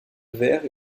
vert